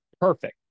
perfect